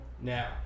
Now